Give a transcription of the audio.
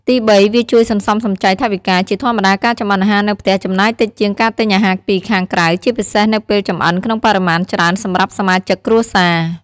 ទីបី វាជួយ សន្សំសំចៃថវិកា ជាធម្មតាការចម្អិនអាហារនៅផ្ទះចំណាយតិចជាងការទិញអាហារពីខាងក្រៅ ជាពិសេសនៅពេលចម្អិនក្នុងបរិមាណច្រើនសម្រាប់សមាជិកគ្រួសារ។